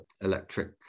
electric